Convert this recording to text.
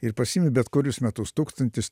ir pasiimt bet kurius metus tūkstantis ten